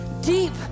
deep